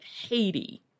Haiti